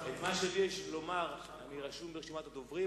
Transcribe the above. את אמון הציבור כל יום מחדש.